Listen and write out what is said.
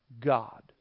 God